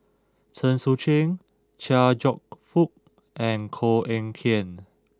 Chen Sucheng Chia Cheong Fook and Koh Eng Kian